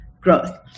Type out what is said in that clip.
growth